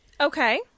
Okay